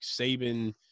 Saban –